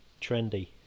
Trendy